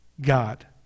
God